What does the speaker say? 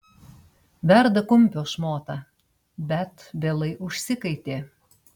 verda kumpio šmotą bet vėlai užsikaitė